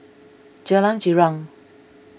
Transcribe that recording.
Jalan Girang